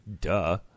Duh